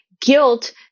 guilt